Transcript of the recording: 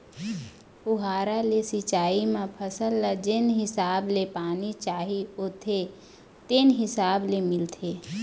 फुहारा ले सिंचई म फसल ल जेन हिसाब ले पानी चाही होथे तेने हिसाब ले मिलथे